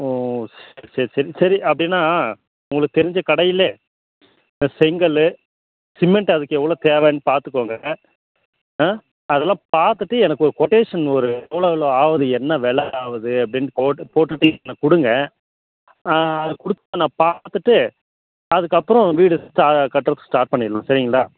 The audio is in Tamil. சரி சரி அப்படினா உங்களுக்கு தெரிஞ்ச கடையில் செங்கல் சிமிண்ட்டு அதுக்கு எவ்வளோ தேவைன்னு பார்த்துக்கோங்க ஆ ஆ அதெல்லாம் பார்த்துட்டு எனக்கு ஒரு கொட்டேஷன் ஒரு எவ்வளோ எவ்வளோ ஆகுது என்ன விலை ஆகுதுன்னு போட்டுவிட்டு எனக்கு கொடுங்க ஆ கொடுத்துட்டு நான் பார்த்துட்டு அதுக்கப்புறம் வீடு கட்டுறத்துக்கு ஸ்டாட் பண்ணலாம் சரிங்ளா